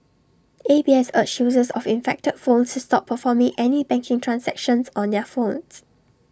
A B S urged users of infected phones to stop performing any banking transactions on their phones